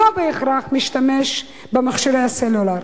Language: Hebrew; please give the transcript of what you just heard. שלא בהכרח משתמש במכשירי הסלולר.